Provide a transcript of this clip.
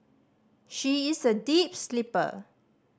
she is a deep sleeper